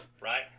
right